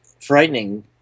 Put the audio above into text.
frightening